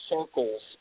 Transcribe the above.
circles